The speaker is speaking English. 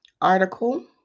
article